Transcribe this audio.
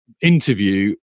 interview